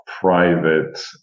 private